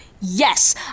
yes